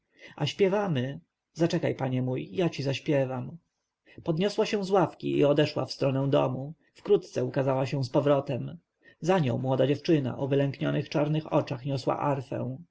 a śpiewamy zaczekaj panie mój ja ci zaśpiewam podniosła się z ławki i odeszła w stronę domu wkrótce ukazała się zpowrotem za nią młoda dziewczyna o wylęknionych czarnych oczach niosła